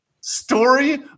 Story